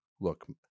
Look